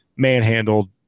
manhandled